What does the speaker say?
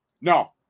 No